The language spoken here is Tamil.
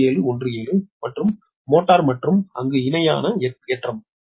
4017 மற்றும் மோட்டார் மற்றும் அங்கு இணையாக ஏற்றவும்